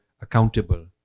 accountable